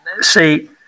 See